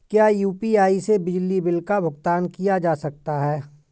क्या यू.पी.आई से बिजली बिल का भुगतान किया जा सकता है?